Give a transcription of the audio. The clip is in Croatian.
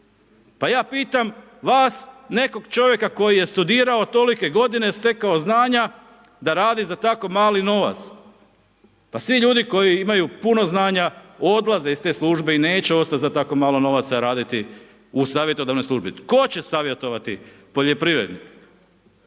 Pa ja pitam vas, nekog čovjeka koji je studirao tolike godine, stekao znanja, da radi za tako mali novac. Pa svi ljudi koji imaju puno znanja odlaze iz te službe i neće ostat za tako malo novaca raditi u savjetodavnoj službi. Tko će savjetovati poljoprivrednike?